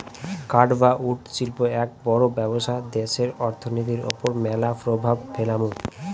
কাঠ বা উড শিল্প এক বড় ব্যবসা দ্যাশের অর্থনীতির ওপর ম্যালা প্রভাব ফেলামু